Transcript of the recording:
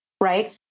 right